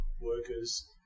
workers